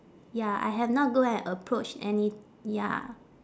ya I have not go and approach any ya